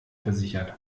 versichert